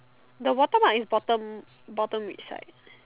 the watermark is bottom bottom which side